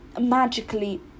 magically